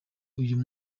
uyu